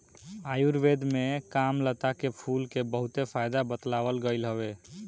आयुर्वेद में कामलता के फूल के बहुते फायदा बतावल गईल हवे